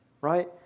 right